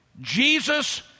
Jesus